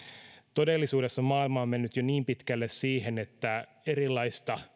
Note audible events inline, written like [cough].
todellisuudessa maailma on mennyt jo niin pitkälle siihen että erilaista [unintelligible]